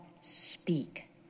speak